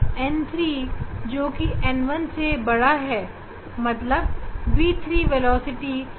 n3 n1 n1 n2 इसका मतलब V3 velocity V1 से कम है